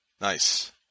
Nice